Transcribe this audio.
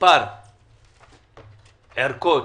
כמה ערכות,